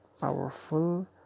powerful